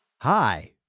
Hi